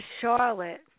Charlotte